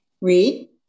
Read